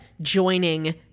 joining